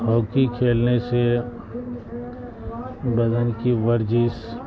hockey کھیلنے سے بدن کی ورزش